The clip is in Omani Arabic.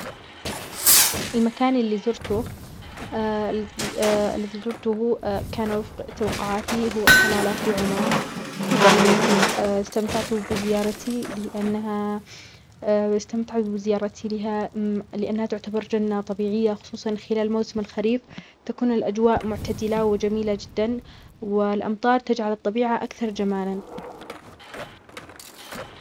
المكان اللي زرته الذي زرته كان وفق توقعاتي هو صلالة في عمان في بلدتي. استمتعت بزيارتي لأنها -استمتعت بزيارتي لها لأنها تعتبر جنة طبيعية خصوصاً خلال موسم الخريف. تكون الأجواء معتدلة وجميلة جداً والأمطار تجعل الطبيعة أكثر جمالًا.